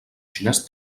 xinès